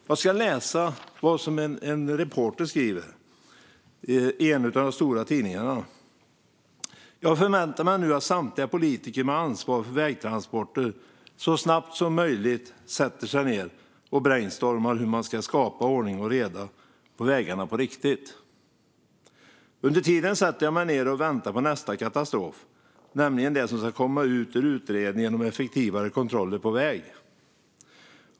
Jag ska läsa vad som skrivs i en av de stora tidningarna: "Jag förväntar mig nu att samtliga politiker med ansvar för vägtransporter så snabbt som möjligt sätter sig ner och brainstormar om hur man ska skapa ordning och reda på vägarna på riktigt. Under tiden sätter jag mig ner och väntar på nästa katastrof, nämligen det som ska komma ut ur utredningen om effektivare kontroller på väg.